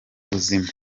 buzima